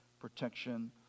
protection